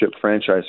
franchise